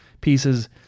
pieces